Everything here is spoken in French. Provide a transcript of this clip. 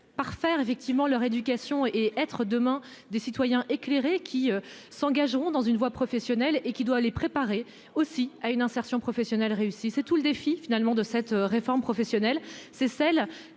par faire effectivement leur éducation et être demain, des citoyens éclairés qui s'engageront dans une voie professionnelle et qui doit les préparer aussi à une insertion professionnelle réussie, c'est tout le défi finalement de cette réforme professionnel,